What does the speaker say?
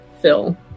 fill